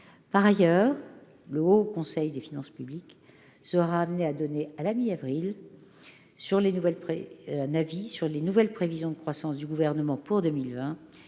Par ailleurs, le Haut Conseil des finances publiques sera amené à donner à la mi-avril un avis sur les nouvelles prévisions de croissance du Gouvernement pour 2020